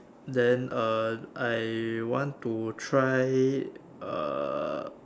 then uh I want to try err